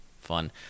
fun